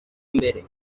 imbere